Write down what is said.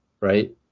right